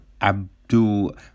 Abdul